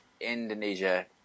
Indonesia